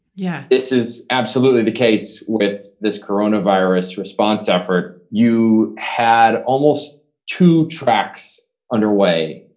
yeah, this is absolutely the case with this coronavirus response effort. you had almost two tracks under way,